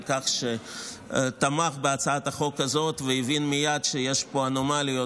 כך שתמך בהצעת החוק הזאת והבין מייד שיש פה אנומליות